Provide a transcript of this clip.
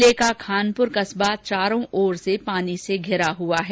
जिले का खानपुर कस्बा चारों ओर से पानी से धिरा हुआ है